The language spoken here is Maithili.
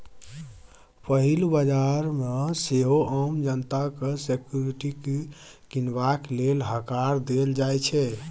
पहिल बजार मे सेहो आम जनता केँ सिक्युरिटी कीनबाक लेल हकार देल जाइ छै